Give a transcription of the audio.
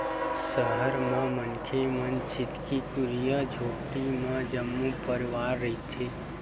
सहर म मनखे मन छितकी कुरिया झोपड़ी म जम्मो परवार रहिथे